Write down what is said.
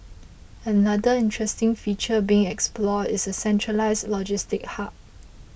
another interesting feature being explored is a centralised logistics hub